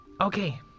okay